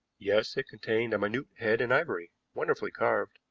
yes it contained a minute head in ivory, wonderfully carved.